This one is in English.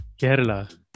kerala